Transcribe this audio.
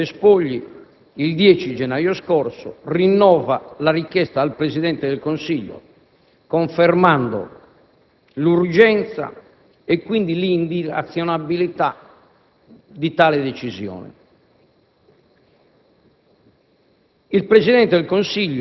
Allo stesso modo, l'ambasciatore Spogli, il 10 gennaio scorso, rinnova la richiesta al Presidente del Consiglio, confermando l'urgenza e, quindi, l'indilazionabilità di tale decisione.